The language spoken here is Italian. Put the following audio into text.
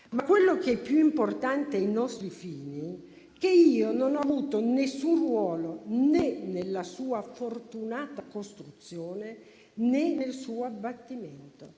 Quello che però è più importante ai nostri fini è che io non ho avuto alcun ruolo né nella sua fortunata costruzione né nel suo abbattimento.